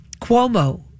Cuomo